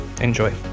Enjoy